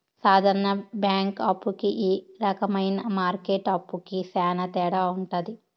సాధారణ బ్యాంక్ అప్పు కి ఈ రకమైన మార్కెట్ అప్పుకి శ్యాన తేడా ఉంటది